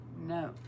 no